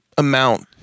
amount